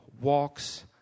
walks